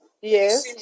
Yes